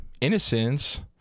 innocence